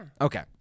Okay